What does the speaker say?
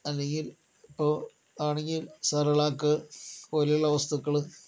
അല്ലെങ്കിൽ ഇപ്പോൾ ആണെങ്കിൽ സെർലാക്ക് പോലുള്ള വസ്തുക്കൾ